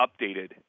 updated